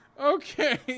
Okay